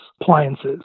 appliances